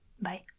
Bye